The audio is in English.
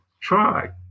try